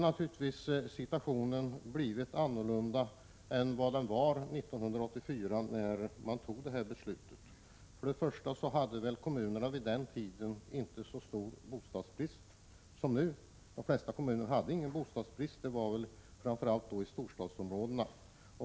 Situationen har nu blivit annorlunda än den var 1984. Först och främst hade kommunerna vid den tiden inte så stor bostadsbrist som nu. De flesta kommunerna hade ingen bostadsbrist alls, utan det gällde bara storstadsområdena.